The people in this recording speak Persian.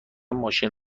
ماشین